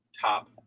top